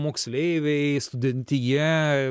moksleiviai studentija